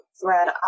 thread